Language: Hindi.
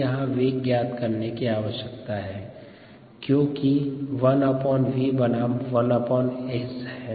हमे यहाँ वेग ज्ञात करने की आवश्यकता है क्योंकि 1v बनाम 1S है